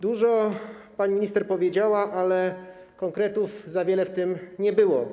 Dużo pani minister powiedziała, ale konkretów za wiele w tym nie było.